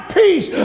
peace